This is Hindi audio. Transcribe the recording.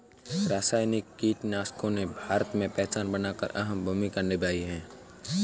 रासायनिक कीटनाशकों ने भारत में पहचान बनाकर अहम भूमिका निभाई है